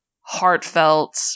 heartfelt